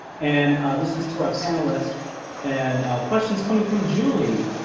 and this is to our panelists and questions coming from julie.